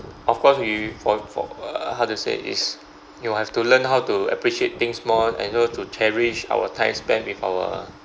of course we for for uh how to say is you have to learn how to appreciate things more and also to cherish our times back with our